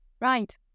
right